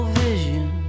vision